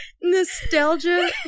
Nostalgia